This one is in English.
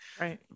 Right